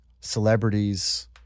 celebrities